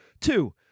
Two